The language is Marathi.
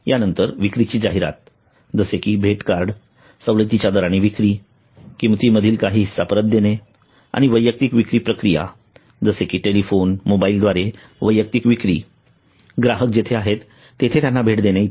या नंतर विक्रीची जाहिरात जसे की भेट कार्ड सवलतीच्या दराने विक्री किमतीमधील काही हिस्सा परत देणे आणि वैयक्तिक विक्री प्रक्रिया जसे कि टेलिफोन मोबाईल द्वारे वैयक्तिक विक्री ग्राहक जेथे आहेत तेथे त्यांना भेट देणे इ